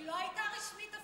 אלה העובדות.